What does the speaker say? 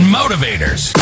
motivators